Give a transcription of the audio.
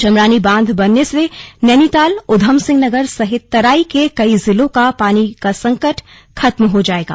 जमरानी बांध बनने से नैनीताल ऊधमसिंह नगर सहित तराई के कई जिलों का पानी का संकट खत्म हो जाएगा